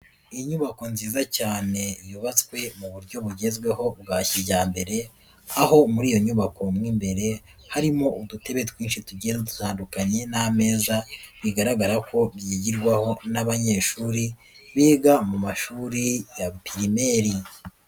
Inyubako nziza cyane yubatswe mu buryo bugezweho bwa kijyambere, aho muri iyo nyubako mo imbere harimo udutebe twinshi tugiye dutandukanye n'ameza, bigaragara ko byigirwaho n'abanyeshuri biga mu mashuri ya pirimeri.